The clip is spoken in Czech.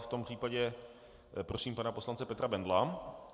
V tom případě prosím pana poslance Petra Bendla.